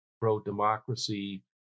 pro-democracy